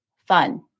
Fun